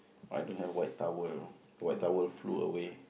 why don't have wet towel wet towel flew away